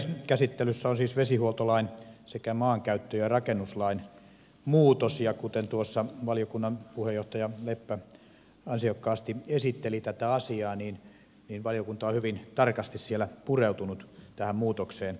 käsittelyssä on siis vesihuoltolain sekä maankäyttö ja rakennuslain muutos ja kuten tuossa valiokunnan puheenjohtaja leppä ansiokkaasti esitteli tätä asiaa niin valiokunta on hyvin tarkasti pureutunut tähän muutokseen